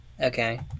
okay